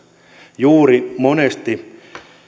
juuri varhaiskasvatuksessa monesti